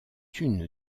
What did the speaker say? une